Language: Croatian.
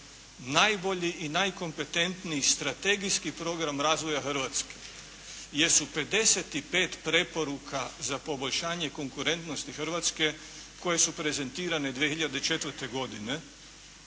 najbolji i najkompetentniji strategijski program razvoja Hrvatske jesu 55 preporuka za poboljšanje konkurentnosti Hrvatske koje su prezentirane 2004. godine